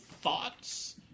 thoughts